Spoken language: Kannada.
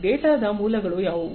ಆದ್ದರಿಂದ ಡೇಟಾದ ಮೂಲಗಳು ಯಾವುವು